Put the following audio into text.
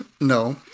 no